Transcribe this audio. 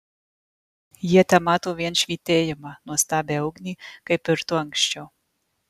jie temato vien švytėjimą nuostabią ugnį kaip ir tu anksčiau